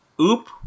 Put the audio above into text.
Oop